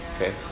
Okay